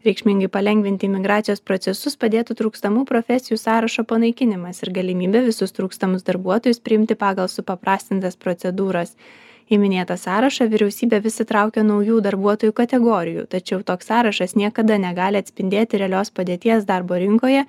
reikšmingai palengvinti imigracijos procesus padėtų trūkstamų profesijų sąrašo panaikinimas ir galimybė visus trūkstamus darbuotojus priimti pagal supaprastintas procedūras į minėtą sąrašą vyriausybė vis įtraukia naujų darbuotojų kategorijų tačiau toks sąrašas niekada negali atspindėti realios padėties darbo rinkoje